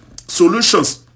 solutions